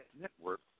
Network